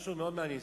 משהו מאוד מעניין,